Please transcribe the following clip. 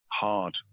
hard